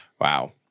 Wow